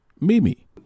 Mimi